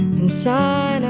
inside